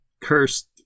cursed